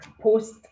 post